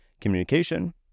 communication